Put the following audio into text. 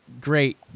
great